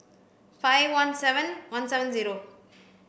five one seven one seven zero